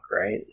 right